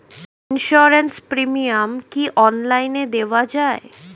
Insurance premium কি online দেওয়া যায়?